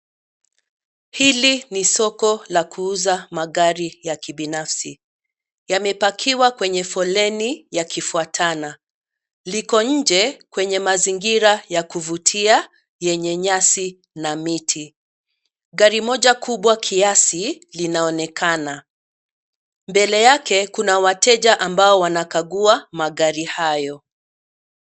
Hili ni soko la kuuza magari ya kibinafsi. Yamepakiwa kwenye foleni yakifutana. Liko nje kwenye mazingira ya kuvutia yenye nyasi na miti. Gari moja kubwa kiasi linaonekana. Mbele yake kuna wateja ambao wanakagua magari hayo.